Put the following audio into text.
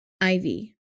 Ivy